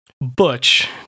Butch